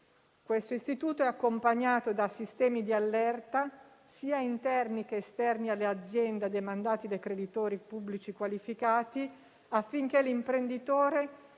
Questo istituto è accompagnato da sistemi di allerta, sia interni che esterni alle aziende demandati dai creditori pubblici qualificati, affinché l'imprenditore